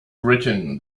written